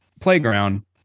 playground